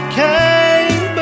came